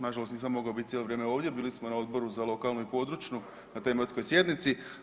Na žalost nisam mogao biti cijelo vrijeme ovdje, bili smo na Odboru za lokalnu i područnu na tematskoj sjednici.